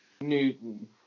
Newton